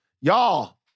y'all